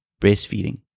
breastfeeding